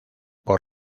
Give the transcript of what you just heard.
por